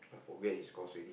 I forget his course already